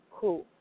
Cool